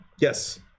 Yes